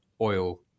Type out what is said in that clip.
oil